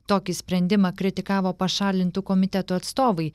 tokį sprendimą kritikavo pašalintų komitetų atstovai